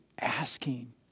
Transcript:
asking